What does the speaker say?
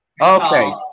Okay